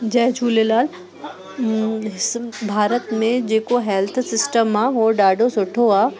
जय झूलेलाल भारत में जेको health system आहे उहो ॾाढो सुठो आहे